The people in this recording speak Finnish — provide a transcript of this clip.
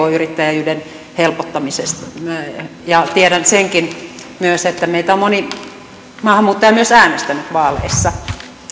pk yrittäjyyden helpottamisesta tiedän senkin myös että meitä on moni maahanmuuttaja myös äänestänyt vaaleissa